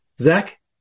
Zach